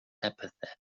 apathetic